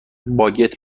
باگت